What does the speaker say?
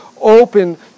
open